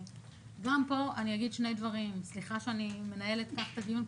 גם פה אני אגיד שני דברים סליחה שאני מנהלת כך את הדיון,